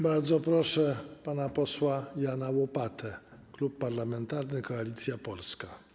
Bardzo proszę pana posła Jana Łopatę, Klub Parlamentarny Koalicja Polska.